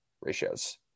ratios